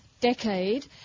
decade